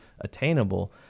attainable